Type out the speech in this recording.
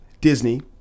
disney